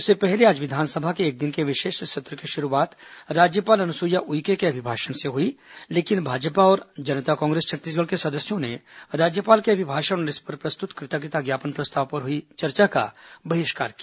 इससे पहले आज विधानसभा के एक दिन के विशेष सत्र की शुरूआत राज्यपाल अनुसुईया उइके के अभिभाषण से हुई लेकिन भाजपा और जनता कांग्रेस छत्तीसगढ़ के सदस्यों ने राज्यपाल के अभिभाषण और इस पर प्रस्तुत कृतज्ञता ज्ञापन प्रस्ताव पर हई चर्चा का बहिष्कार किया